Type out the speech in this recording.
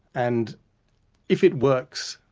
and if it works,